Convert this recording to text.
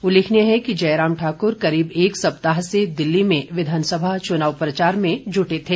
उल्लेखनीय है कि जयराम ठाकुर करीब एक सप्ताह से दिल्ली में विधानसभा चुनाव प्रचार में जुटे थे